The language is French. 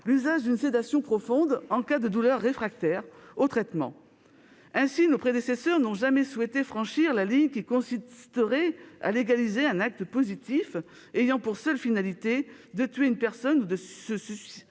encore d'une sédation profonde en cas de douleur réfractaire aux traitements. Ainsi, nos prédécesseurs n'ont jamais souhaité franchir la ligne qui consisterait à légaliser un acte positif ayant pour seule finalité de tuer une personne ou de lui